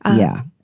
yeah.